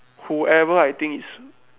whoever I think is